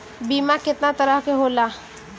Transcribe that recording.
बीमा केतना तरह के होला?